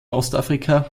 ostafrika